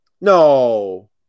No